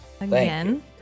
again